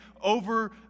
over